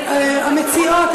המציעות,